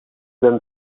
them